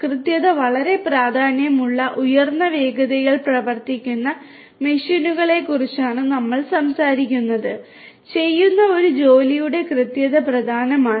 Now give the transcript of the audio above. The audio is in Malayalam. കൃത്യത വളരെ പ്രാധാന്യമുള്ള ഉയർന്ന വേഗതയിൽ പ്രവർത്തിക്കുന്ന മെഷീനുകളെക്കുറിച്ചാണ് നമ്മൾ സംസാരിക്കുന്നത് ചെയ്യുന്ന ഒരു ജോലിയുടെ കൃത്യത പ്രധാനമാണ്